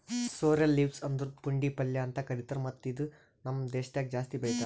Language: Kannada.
ಸೋರ್ರೆಲ್ ಲೀವ್ಸ್ ಅಂದುರ್ ಪುಂಡಿ ಪಲ್ಯ ಅಂತ್ ಕರಿತಾರ್ ಮತ್ತ ಇದು ನಮ್ ದೇಶದಾಗ್ ಜಾಸ್ತಿ ಬೆಳೀತಾರ್